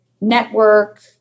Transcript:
network